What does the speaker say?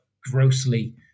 grossly